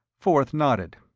forth nodded.